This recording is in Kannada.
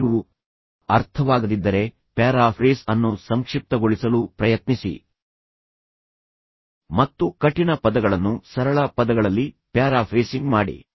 ನೀವು ಅರ್ಥವಾಗದಿದ್ದರೆ ಪ್ಯಾರಾಫ್ರೇಸ್ ಅನ್ನು ಸಂಕ್ಷಿಪ್ತಗೊಳಿಸಲು ಪ್ರಯತ್ನಿಸಿ ಮತ್ತು ಕಠಿಣ ಪದಗಳನ್ನು ಸರಳ ಪದಗಳಲ್ಲಿ ಪ್ಯಾರಾಫ್ರೇಸಿಂಗ್ ಮಾಡಿ